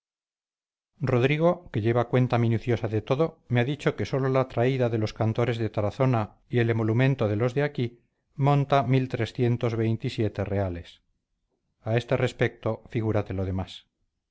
rodrigo que lleva cuenta minuciosa de todo me ha dicho que sólo la traída de los cantores de tarazona y el emolumento de los de aquí monta mil trescientos veintisiete reales a este respecto figúrate lo demás